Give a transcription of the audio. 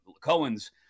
Cohen's